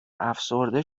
افسرده